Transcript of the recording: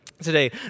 today